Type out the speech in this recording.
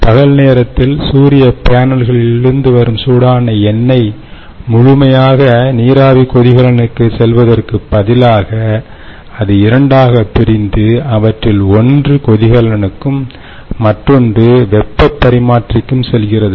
பகல் நேரத்தில் சூரிய பேனல்களிலிருந்து வரும் சூடான எண்ணெய் முழுமையாக நீராவி கொதிகலனுக்குச் செல்வதற்குப் பதிலாக அது இரண்டாக பிரிந்து அவற்றில் ஒன்று கொதிகலனுக்கும் மற்றொன்று வெப்பப் பரிமாற்றிக்கும் செல்கிறது